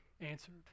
answered